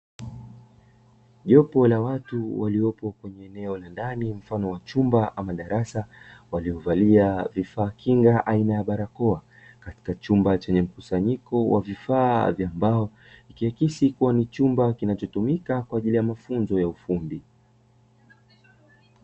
Jopo la watu waliopo kwenye eneo la ndani mfano wa chumba ama darasa, waliovalia vifaa kinga aina ya barakoa; katika chumba chenye mkusanyiko wa vifaa vya mbao, ikiakisi kuwa ni chumba kinachotumika kwa ajili ya mafunzo ya ufundi.